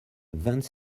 vingt